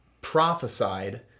prophesied